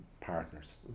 partners